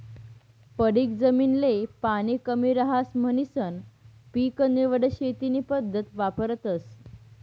पडीक जमीन ले पाणी कमी रहास म्हणीसन पीक निवड शेती नी पद्धत वापरतस